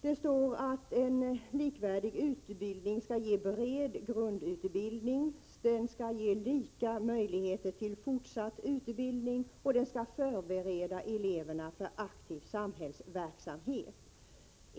Där står att en likvärdig utbildning skall ge bred grundutbildning, ge lika möjligheter till fortsatt utbildning och förbereda eleverna för aktiv samhällsverksamhet.